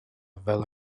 fel